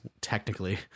technically